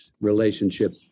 relationship